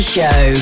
Show